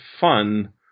fun